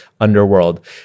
underworld